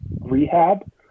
rehab